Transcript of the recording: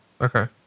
Okay